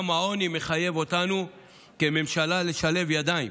גם העוני מחייב אותנו כממשלה לשלב ידיים,